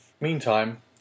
Meantime